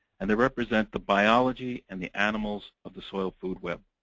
and they represent the biology and the animals of the soil food web.